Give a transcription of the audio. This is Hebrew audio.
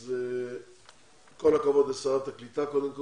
אז כל הכבוד לשרת הקליטה קודם כל,